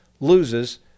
loses